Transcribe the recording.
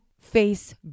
face